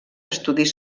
estudis